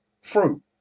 fruit